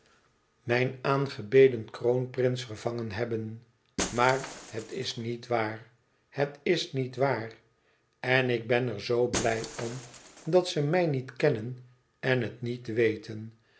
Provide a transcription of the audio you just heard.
mijn aangebeden kroonprins vervangen hebben maar het is niet waar het is niet waar en ik ben er zoo blij om dat ze mij niet kennen en het niet weten